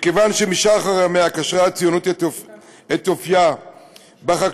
מכיוון שמשחר ימיה קשרה הציונות את אופייה בחקלאות,